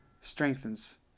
strengthens